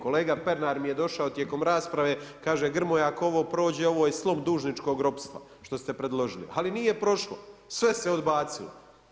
Kolega Pernar mi je došao tijekom rasprave, kaže Grmoja, ako ovo prođe, ovo je slom dužničkog ropstva, što ste predložili, ali nije prošlo, sve se odbacilo.